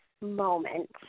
moment